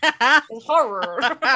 horror